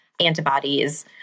antibodies